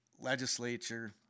legislature